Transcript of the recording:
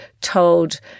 told